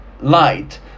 light